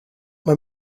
man